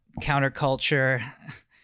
Counterculture